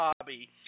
hobby